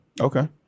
Okay